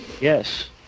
Yes